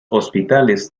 hospitales